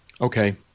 Okay